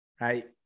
right